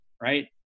Right